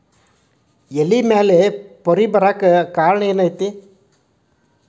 ಎಲೆ ಮ್ಯಾಲ್ ಪೊರೆ ಬರಾಕ್ ಕಾರಣ ಏನು ಐತಿ?